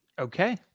Okay